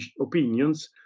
opinions